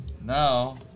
now